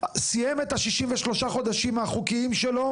סיים את ה-63 חודשים החוקיים שלו